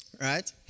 right